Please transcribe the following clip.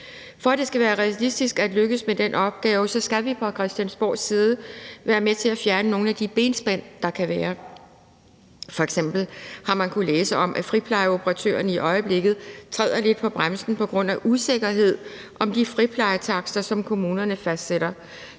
For at det skal være realistisk at lykkes med den opgave, skal vi fra Christiansborgs side være med til at fjerne nogle af de benspænd, der kan være. F.eks. har man kunnet læse om, at friplejeoperatørerne i øjeblikket træder lidt på bremsen på grund af usikkerhed om de friplejetakster, som kommunerne fastsætter.